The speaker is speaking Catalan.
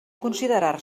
considerar